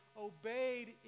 obeyed